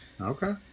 Okay